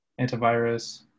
antivirus